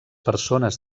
persones